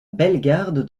bellegarde